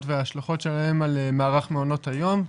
וההשלכות שלהם על מערך מעונות היום,